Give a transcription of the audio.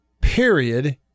period